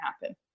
happen